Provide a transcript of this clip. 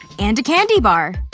and a candy bar.